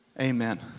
Amen